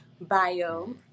bio